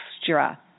extra